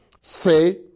Say